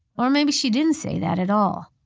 or maybe she didn't say that at all.